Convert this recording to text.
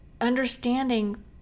understanding